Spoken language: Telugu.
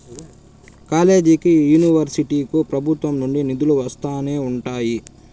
కాలేజీలకి, యూనివర్సిటీలకు ప్రభుత్వం నుండి నిధులు వస్తూనే ఉంటాయి